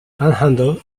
panhandle